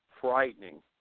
frightening